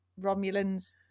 Romulans